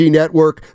network